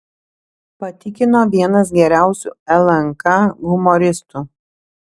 patikino vienas geriausių lnk humoristų